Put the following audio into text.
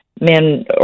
men